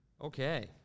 Okay